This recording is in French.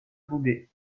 boulet